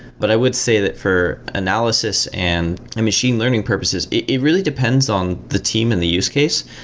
but i would say that for analysis and machine learning purposes, it it really depends on the team and the use case.